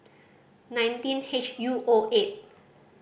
nineteen H U O eight